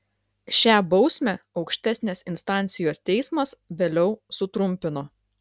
šią bausmę aukštesnės instancijos teismas vėliau sutrumpino